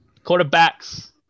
Quarterbacks